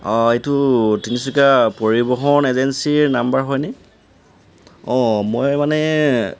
অঁ এইটো তিনিচুকীয়া পৰিবহণ এজেঞ্চীৰ নম্বৰ হয়নে অঁ মই মানে